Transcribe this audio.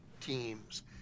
teams